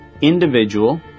individual